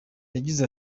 yagize